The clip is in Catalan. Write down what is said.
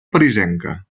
parisenca